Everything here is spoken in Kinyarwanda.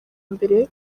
mbere